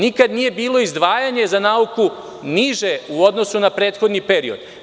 Nikada nije bilo izdvajanje za nauku niže u odnosu na prethodni period.